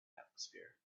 atmosphere